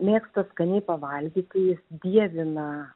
mėgsta skaniai pavalgyti dievina